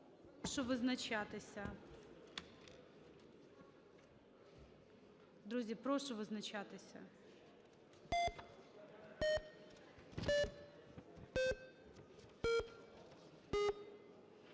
Друзі, прошу визначатися.